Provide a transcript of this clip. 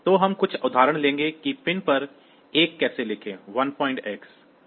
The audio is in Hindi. तो हम कुछ उदाहरण लेंगे कि पिन पर 1 कैसे लिखें 1X